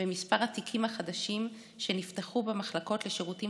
במספר התיקים החדשים שנפתחו במחלקות לשירותים